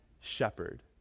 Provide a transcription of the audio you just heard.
shepherd